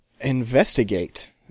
investigate